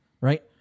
right